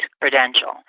credential